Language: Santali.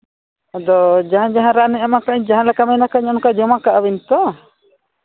ᱟᱫᱚ ᱡᱟᱦᱟᱸ ᱡᱟᱦᱟᱸ ᱨᱮ ᱚᱱᱮᱧ ᱮᱢᱟ ᱯᱮᱭᱟᱧ ᱡᱟᱦᱟᱸ ᱞᱮᱠᱟ ᱡᱚᱢ ᱠᱟᱜᱼᱟ ᱵᱤᱱ ᱛᱚ